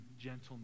gentleness